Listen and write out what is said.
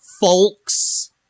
Folks